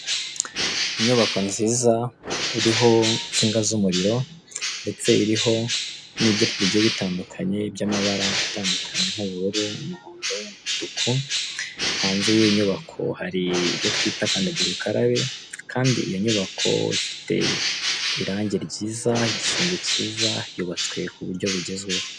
Inyubako nziza iriho insinga z'umuriro, ndetse iriho n'ibyapa bigiye bitandukanye by'amabara atandukanye nk'ubururu, umuhondo, umutuku, hanze y'iyo nyubako hari ibyo twita kandagira ukarabe, kandi iyo nyubako ifite irange ryiza, igisenge cyiza, yubatswe ku buryo bugezweho.